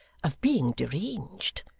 of being deranged?